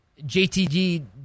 JTG